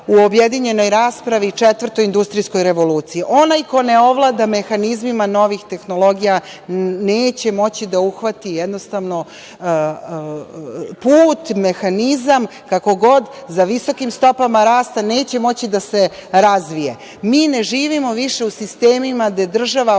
u objedinjenoj raspravi, četvrtoj industrijskoj revoluciji. Onaj ko ne ovlada mehanizmima novih tehnologija neće moći da uhvati jednostavno put, mehanizam, kako god, za visokim stopama rasta, neće moći da se razvije. Mi ne živimo više u sistemima gde država